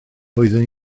doeddwn